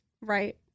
Right